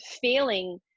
feeling